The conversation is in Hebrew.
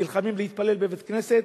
נלחמים להתפלל בבית-כנסת.